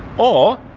or.